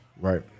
Right